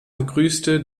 begrüßte